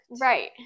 Right